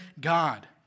God